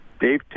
Dave